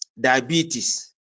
diabetes